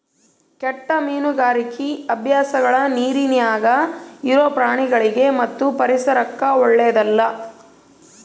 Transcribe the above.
ಕೆಟ್ಟ ಮೀನುಗಾರಿಕಿ ಅಭ್ಯಾಸಗಳ ನೀರಿನ್ಯಾಗ ಇರೊ ಪ್ರಾಣಿಗಳಿಗಿ ಮತ್ತು ಪರಿಸರಕ್ಕ ಓಳ್ಳೆದಲ್ಲ